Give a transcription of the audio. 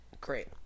Great